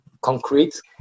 concrete